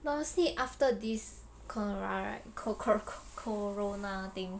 but honestly after this corona right co~ coro~ korona thing